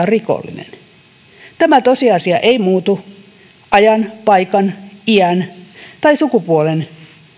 rikollinen tämä tosiasia ei muutu ajan paikan iän tai sukupuolen